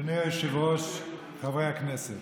חבר הכנסת